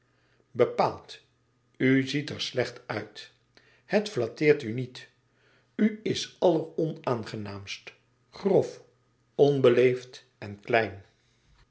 bepaald u ziet er slecht uit het flatteert u niets u is alleronaangenaamst grof onbeleefd en klein